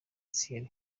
thierry